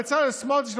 בצלאל סמוטריץ',